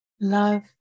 Love